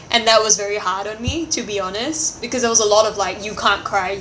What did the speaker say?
and that was very hard on me to be honest because there was a lot of like you can't cry